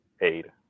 aid